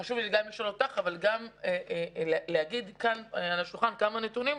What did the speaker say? חשוב לי לשאול אותך, אבל גם להגיד כאן כמה נתונים,